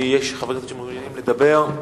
יש חברי כנסת שמעוניינים לדבר?